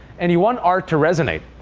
and you want art to resonate.